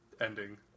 ending